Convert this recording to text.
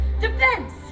defense